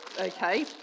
Okay